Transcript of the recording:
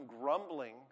grumbling